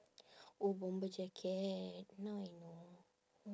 oh bomber jacket now I know